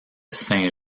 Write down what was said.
saint